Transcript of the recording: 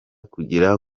kugira